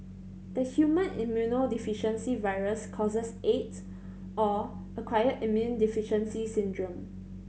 the human immunodeficiency virus causes Aids or acquired immune deficiency syndrome